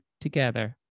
together